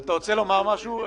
אתה רוצה לומר משהו,